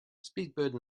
speedbird